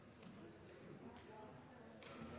siste